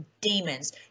demons